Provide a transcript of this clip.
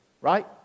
Right